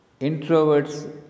introverts